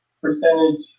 percentage